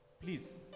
please